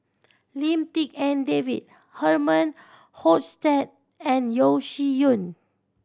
Lim Tik En David Herman Hochstadt and Yeo Shih Yun